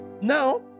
now